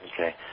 Okay